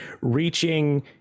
reaching